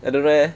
I don't know eh